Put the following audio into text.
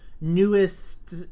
newest